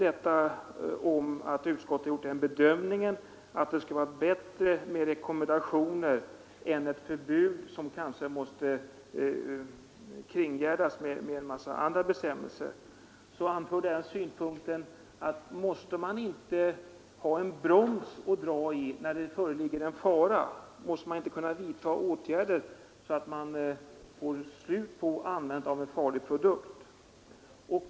Mot att utskottet gjort den bedömningen, att det skulle vara bättre med rekommendationer än med förbud, som kanske måste kringgärdas med en mängd andra bestämmelser, anförde jag synpunkten, att man måste ha en broms att dra i när fara föreligger. Måste man inte kunna vidta åtgärder för att få slut på användandet av en farlig produkt?